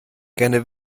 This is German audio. gerne